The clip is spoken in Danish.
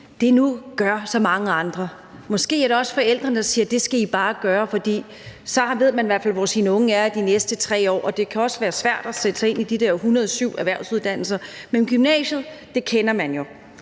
nu gør det, og måske er det også forældrene, der siger, at det skal I bare gøre, fordi man så i hvert fald ved, hvor ens unge er de næste 3 år, og det også kan være svært at sætte sig ind i de der hundrede og sytten erhvervsuddannelser, men gymnasiet kender man jo.